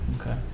Okay